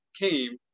came